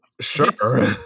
sure